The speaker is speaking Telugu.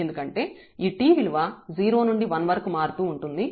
ఎందుకంటే ఈ t విలువ 0 నుండి 1 వరకు మారుతూ ఉంటుంది